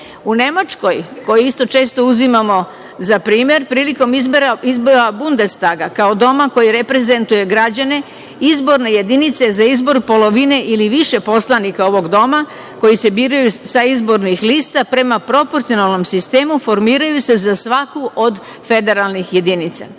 Nemačkoj, koju isto često uzimamo za primere, prilikom izbora Bundestaga kao doma koji reprezentuje građane, izborne jedinice za izbor polovine ili više poslanika ovog doma koji se biraju sa izbornih lista prema proporcionalnom sistemu formiraju se za svaku od federalnih jedinica.